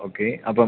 okay അപ്പം